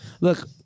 look